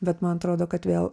bet man atrodo kad vėl